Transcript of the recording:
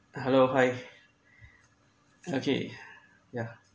hello hi okay yeah